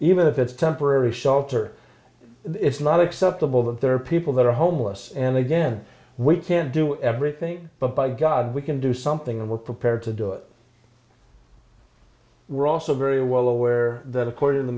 even if it's temporary shelter it's not acceptable that there are people that are homeless and they then we can do everything but by god we can do something and we're prepared to do it we're also very well aware that according to